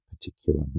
particular